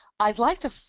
i'd like to